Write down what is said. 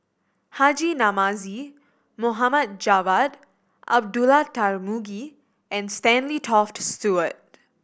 Haji Namazie Mohamed Javad Abdullah Tarmugi and Stanley Toft Stewart